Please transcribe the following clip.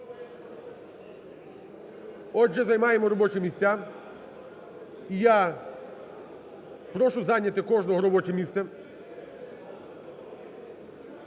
Отже, займаємо робочі місця. І я прошу зайняти кожного робоче місце.